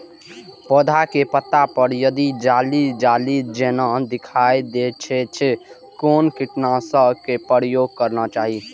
पोधा के पत्ता पर यदि जाली जाली जेना दिखाई दै छै छै कोन कीटनाशक के प्रयोग करना चाही?